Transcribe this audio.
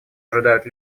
ожидают